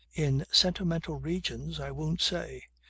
in sentimental regions i won't say.